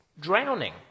drowning